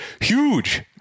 huge